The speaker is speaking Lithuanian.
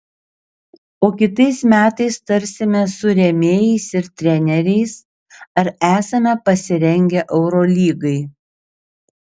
o kitais metais tarsimės su rėmėjais ir treneriais ar esame pasirengę eurolygai